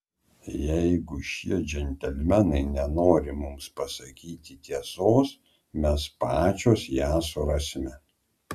jeigu šie džentelmenai nenori mums pasakyti tiesos mes pačios ją surasime